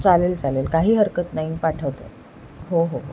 चालेल चालेल काही हरकत नाही पाठवते हो हो हो